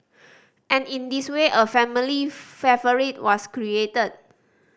and in this way a family favourite was created